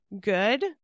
good